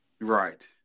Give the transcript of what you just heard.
Right